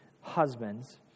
husbands